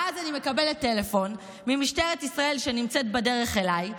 ואז אני מקבלת טלפון ממשטרת ישראל שהיא נמצאת בדרך אליי,